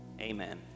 Amen